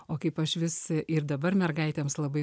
o kaip aš vis ir dabar mergaitėms labai